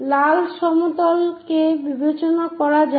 লাল সমতলকে বিবেচনা করা যাক